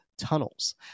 tunnels